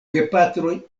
gepatroj